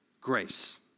grace